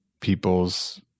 people's